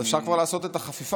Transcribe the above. אז אפשר כבר לעשות את החפיפה,